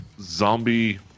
zombie